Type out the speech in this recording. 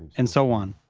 and so on.